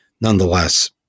nonetheless